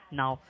now